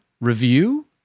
review